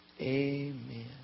Amen